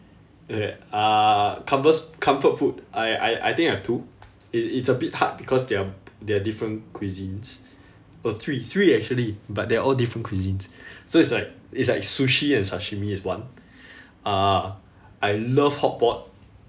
uh comvers~ comfort food I I I think I have two i~ it's a bit hard because they are they are different cuisines oh three three actually but they are all different cuisines so it's like it's like sushi and sashimi is one uh I love hotpot